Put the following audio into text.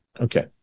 okay